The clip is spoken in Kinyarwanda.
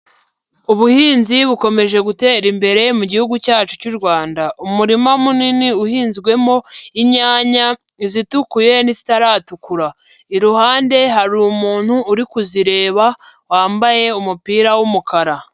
Ubuhinzi bukomeje gutera imbere mu gihugu cyacu cy'u Rwanda, umurima munini uhinzwemo inyanya izitukuye n'izitaratukura, iruhande hari umuntu uri kuzireba wambaye umupira w'umukara.